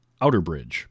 Outerbridge